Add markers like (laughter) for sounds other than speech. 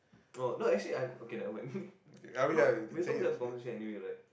no no actually I okay never mind (laughs) I'm not we're supposed to have a conversation anyway right